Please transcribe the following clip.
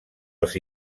els